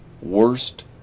worst